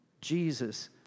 Jesus